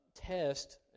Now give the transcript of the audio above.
test